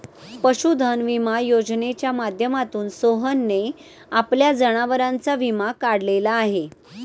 पशुधन विमा योजनेच्या माध्यमातून सोहनने आपल्या जनावरांचा विमा काढलेला आहे